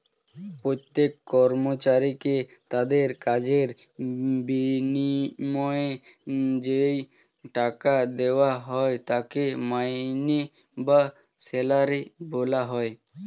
প্রত্যেক কর্মচারীকে তাদের কাজের বিনিময়ে যেই টাকা দেওয়া হয় তাকে মাইনে বা স্যালারি বলা হয়